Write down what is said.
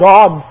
God